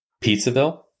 Pizzaville